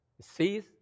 sees